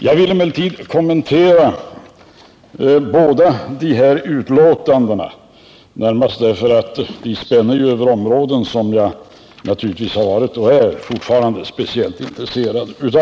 Jag vill emellertid kommentera båda dessa betänkanden, närmast därför att de spänner över områden som jag har varit och naturligtvis fortfarande är speciellt intresserad av.